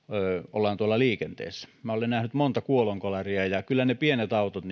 ollaan tuolla liikenteessä minä olen nähnyt monta kuolonkolaria ja kyllä ne pienet autot